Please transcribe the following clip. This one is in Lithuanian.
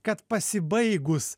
kad pasibaigus